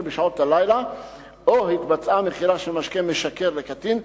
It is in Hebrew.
בשעות הלילה או התבצעה מכירה של משקה משכר לקטין.